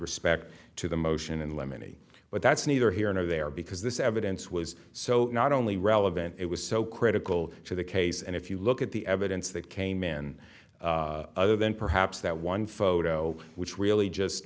respect to the motion and lemony but that's neither here nor there because this evidence was so not only relevant it was so critical to the case and if you look at the evidence that came in other than perhaps that one photo which really just